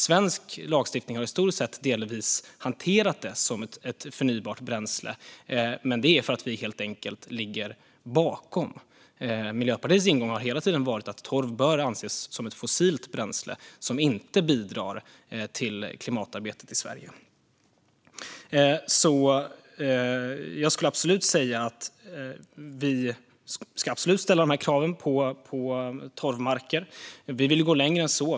Svensk lagstiftning har historiskt sett delvis hanterat torv som ett förnybart bränsle, men det är för att vi helt enkelt ligger efter. Miljöpartiets ingång har hela tiden varit att torv bör anses som ett fossilt bränsle som inte bidrar till klimatarbetet i Sverige. Vi tycker absolut att man ska ställa de här kraven på torvmarker, och vi vill gå längre än så.